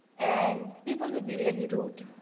and people would be really rude.